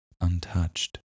untouched